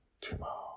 tomorrow